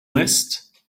list